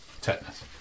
Tetanus